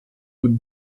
with